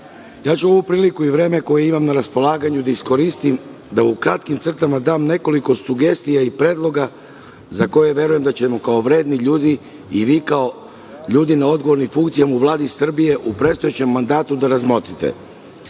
Vlade, ovu priliku i vreme koje imam na raspolaganju ću iskoristiti da, u kratkim crtama, dam nekoliko sugestija i predloga za koje verujem da ćemo kao vredni ljudi i vi kao ljudi na odgovornim funkcijama u Vladi Srbije u predstojećem mandatu da razmotrite.U